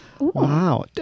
wow